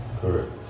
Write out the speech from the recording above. correct